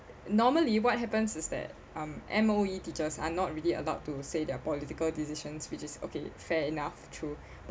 normally what happens is that um M_O_E teachers are not really allowed to say their political decisions which is okay fair enough true